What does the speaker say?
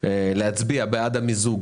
להצביע בעד המיזוג